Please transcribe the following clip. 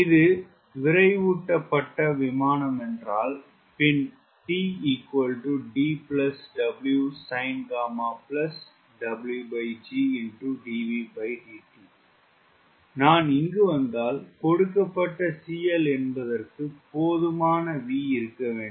இது விரைவுட்டப்பட்ட விமானம் என்றால் பின் நான் இங்கு வந்தால் கொடுக்கப்பட்ட CL என்பதற்கு போதுமான V இருக்க வேண்டும்